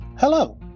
Hello